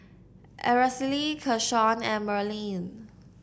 Aracely Keshawn and Merlene